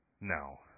No